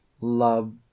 love